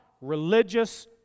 religious